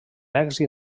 èxit